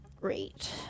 Great